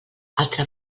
altra